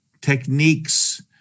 techniques